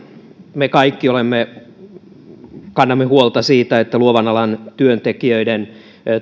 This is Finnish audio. me kaikki kannamme huolta siitä että luovan alan työntekijöiden